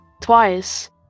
twice